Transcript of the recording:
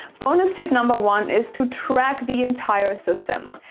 bonus tip. number one is to track the entire system.